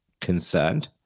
concerned